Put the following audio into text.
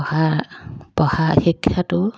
পঢ়া পঢ়া শিক্ষাটো